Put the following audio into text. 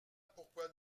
pourquoi